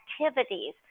activities